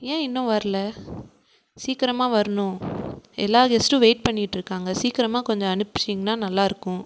ஏன் இன்னும் வரல சீக்கிரமாக வரணும் எல்லா கெஸ்ட்டும் வெயிட் பண்ணிட்டிருக்காங்க சீக்கிரமாக கொஞ்சம் அனுப்பிச்சீங்கன்னா நல்லாயிருக்கும்